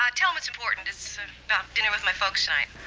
tell him it's important. it's about dinner with my folks tonight.